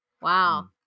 Wow